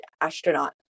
astronaut